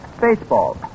Baseball